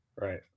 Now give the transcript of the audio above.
Right